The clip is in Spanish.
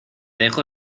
dejo